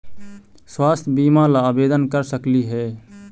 स्वास्थ्य बीमा ला आवेदन कर सकली हे?